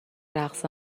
رقص